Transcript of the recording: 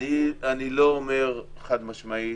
איני אומר חד-משמעית.